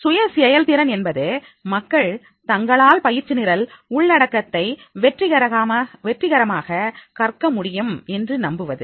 சுய செயல்திறன் என்பது மக்கள் தங்களால் பயிற்சி நிரல் உள்ளடக்கத்தை வெற்றிகரமாக கற்க முடியும் என்று நம்புவது